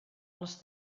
les